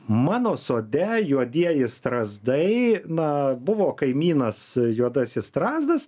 mano sode juodieji strazdai na buvo kaimynas juodasis strazdas